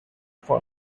for